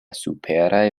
superaj